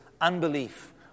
unbelief